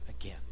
again